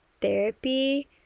therapy